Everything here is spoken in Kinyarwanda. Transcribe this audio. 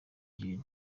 gen